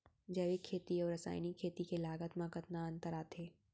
जैविक खेती अऊ रसायनिक खेती के लागत मा कतना अंतर आथे?